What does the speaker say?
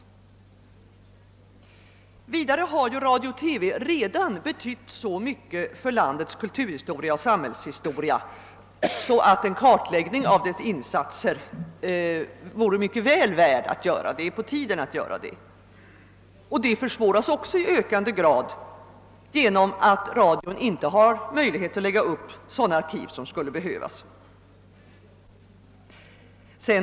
Vidare har radio och TV redan betytt så mycket för landets kulturoch samhällshistoria, att en kartläggning av Sveriges Radios insatser vore mycket väl värd att utföra. Det är på tiden att göra en sådan. Detta arbete försvåras i ökande grad genom att Sveriges Radio inte har möjlighet att lägga upp sådana arkiv som skulle behövas.